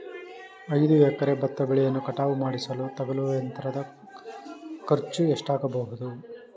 ಐದು ಎಕರೆ ಭತ್ತ ಬೆಳೆಯನ್ನು ಕಟಾವು ಮಾಡಿಸಲು ತಗಲುವ ಯಂತ್ರದ ಖರ್ಚು ಎಷ್ಟಾಗಬಹುದು?